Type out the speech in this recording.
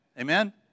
Amen